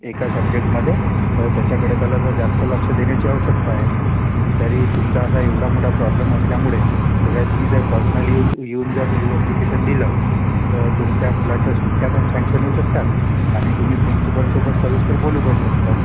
एका सब्जेक्टमध्ये तर त्याच्याकडे त्याला जरा जास्त लक्ष देण्याची आवश्यकता आहे तरी तुमचा असा एवढा मोठा प्रॉब्लम असल्यामुळे कसं आहे तुम्ही जर पर्सनली येऊन येऊन जर लिव अप्लिकेशन दिलं तर तुमच्या मुलाच्या सुट्ट्या पण सँक्शन होऊ शकतात आणि तुम्ही प्रिन्सिपॉलसोबत सविस्तर बोलू पण शकतात